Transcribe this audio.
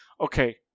okay